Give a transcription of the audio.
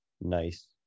nice